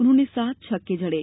उन्होंने सात छक्के जड़े